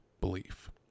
belief